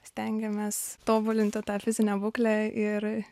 stengiamės tobulinti tą fizinę būklę ir